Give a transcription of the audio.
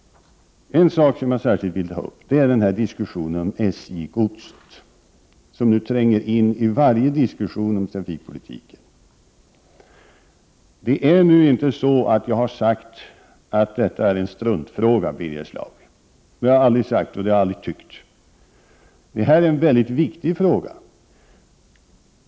En sak som jag särskilt vill ta upp är diskussionen om SJ-godset, vilket nu tränger in i varje diskussion om trafikpolitiken. Jag har inte, Birger Schlaug, sagt att detta är en struntfråga. Det har jag aldrig tyckt. Det här är en mycket viktig fråga.